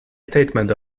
statement